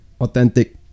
authentic